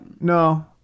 No